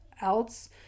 else